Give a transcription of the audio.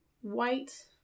White